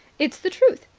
it's the truth.